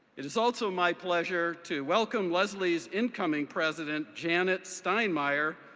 it is also my pleasure to welcome lesley's incoming president, janet steinmayer,